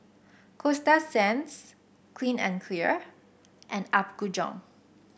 Coasta Sands Clean and Clear and Apgujeong